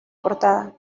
portada